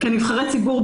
כנבחרי ציבור,